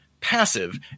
passive